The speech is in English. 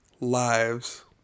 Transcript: lives